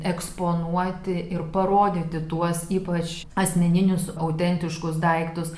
eksponuoti ir parodyti tuos ypač asmeninius autentiškus daiktus